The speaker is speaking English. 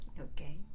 Okay